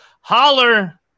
Holler